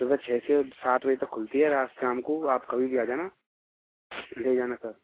सुबह छः बजे से सात बजे तक खुलती है रात शाम को आप कभी भी आ जाना ले जाना सर